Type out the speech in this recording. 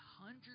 hundred